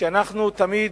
שאנחנו תמיד,